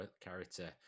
character